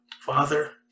Father